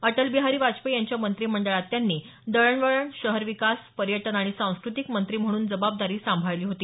अटलबिहारी वाजपेयी यांच्या मंत्रिमंडळात त्यांनी दळणवळण शहर विकास पर्यटन आणि सांस्कृतिक मंत्री म्हणून जबाबदारी सांभाळली होती